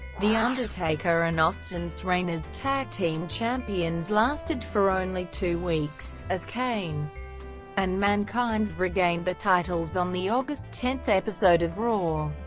the undertaker and austin's reign as tag team champions lasted for only two weeks, as kane and mankind regained the titles on the august ten episode of raw.